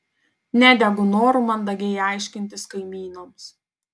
nedegu noru mandagiai aiškintis kaimynams